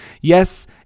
Yes